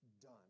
done